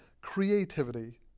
creativity